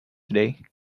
today